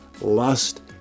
lust